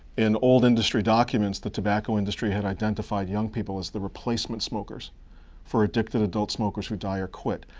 in old industry documents, the tobacco industry had identified young people as the replacement smokers for addicted adult smokers who die or quit.